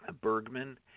Bergman